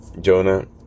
Jonah